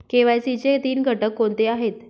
KYC चे तीन घटक कोणते आहेत?